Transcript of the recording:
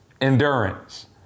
endurance